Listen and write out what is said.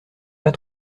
pas